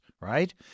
right